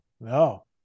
no